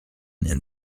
and